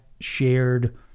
shared